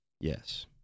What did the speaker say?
Yes